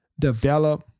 develop